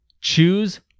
choose